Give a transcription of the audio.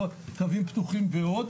קווים פתוחים ועוד,